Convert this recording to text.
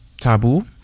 taboo